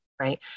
right